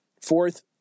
fourth